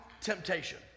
temptation